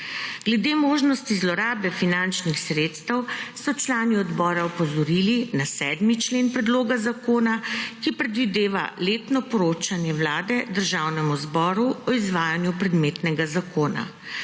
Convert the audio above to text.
Glede možnosti zlorabe finančnih sredstev so člani odbora opozorili na 7. člen predloga zakona, ki predvideva letno poročanje Vlade Državnemu zboru o izvajanju predmetnega zakona.